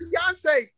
Beyonce